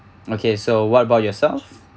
okay so what about yourself